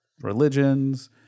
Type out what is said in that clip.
religions